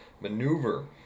Maneuver